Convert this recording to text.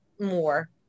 more